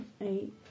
Eight